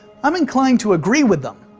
i'm inclined to agree with them.